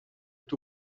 توو